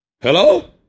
Hello